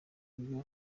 buryo